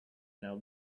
now